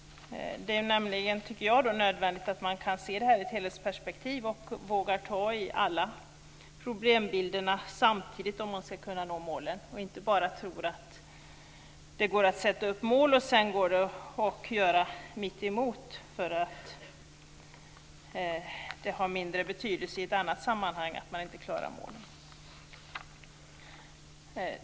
Det är nämligen nödvändigt, tycker jag, att man kan se det här i ett helhetsperspektiv och vågar ta tag i alla problemen samtidigt om man ska kunna nå målen. Man kan inte bara tro att det går att sätta upp mål och sedan går det att göra tvärtemot, därför att det har mindre betydelse i ett annat sammanhang att man inte klarar målen.